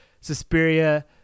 Suspiria